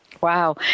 Wow